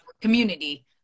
community